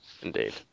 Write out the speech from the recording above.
Indeed